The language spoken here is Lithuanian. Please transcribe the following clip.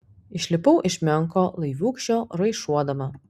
išlipau iš menko laiviūkščio raišuodama